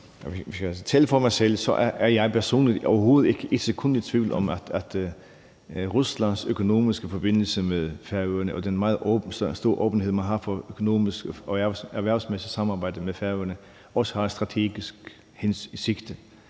ikke et sekund i tvivl om, at Ruslands økonomiske forbindelse med Færøerne og den meget store åbenhed, man har for økonomisk og erhvervsmæssigt samarbejde med Færøerne, også har et strategisk sigte.